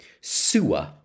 sewer